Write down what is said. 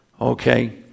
Okay